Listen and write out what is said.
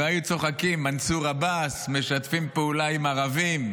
והיו צוחקים: מנסור עבאס, משתפים פעולה עם הערבים.